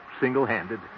single-handed